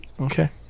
Okay